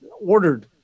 ordered